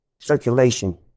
circulation